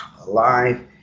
alive